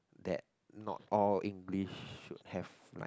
that not all English should have like